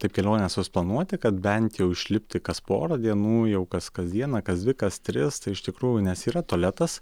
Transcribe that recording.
taip kelionę susiplanuoti kad bent jau išlipti kas porą dienų jau kas kas dieną kas dvi kas tris tai iš tikrųjų nes yra tualetas